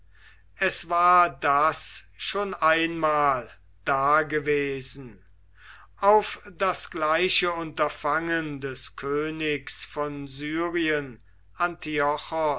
es war das schon einmal dagewesen auf das gleiche unterfangen des königs von syrien